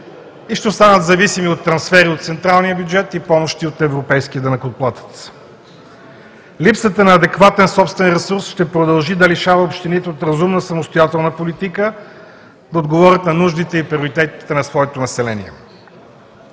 и ще останат зависими от трансфери от централния бюджет и помощи от европейския данъкоплатец. Липсата на адекватен собствен ресурс ще продължи да лишава общините от разумна самостоятелна политика да отговорят на нуждите и приоритетите на своето население.